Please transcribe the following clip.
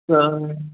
त